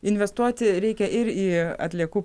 investuoti reikia ir į atliekų